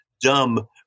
dumb